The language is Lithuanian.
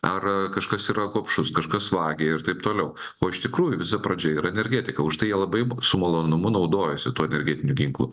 ar kažkas yra gobšus kažkas vagia ir taip toliau o iš tikrųjų visa pradžia yra energetika už tai jie labai su malonumu naudojosi tuo energetiniu ginklu